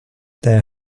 their